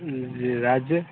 जी राज्य